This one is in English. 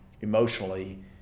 emotionally